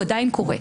הוא עדיין קורה.